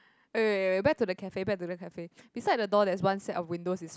wait wait wait wait back to the cafe back to the cafe beside the door there's one set of windows it's